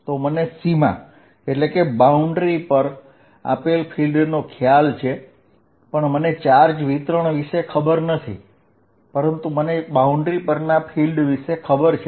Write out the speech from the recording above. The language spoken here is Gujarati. તો મને સીમા પર આપેલ ફીલ્ડનો ખ્યાલ છે પણ મને ચાર્જ વિતરણ વિશે ખબર નથી પરંતુ મને બાઉન્ડ્રી પરના ફીલ્ડ વિશે ખબર છે